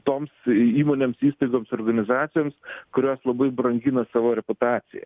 toms įmonėms įstaigoms organizacijoms kurios labai brangina savo reputaciją